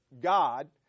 God